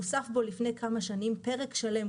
הוסף בו לפני כמה שנים פרק שלם,